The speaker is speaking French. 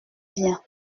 bien